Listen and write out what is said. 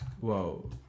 Whoa